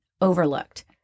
overlooked